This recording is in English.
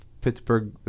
Pittsburgh